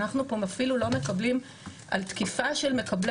אנחנו אפילו לא מקבלים על תקיפה של מקבלי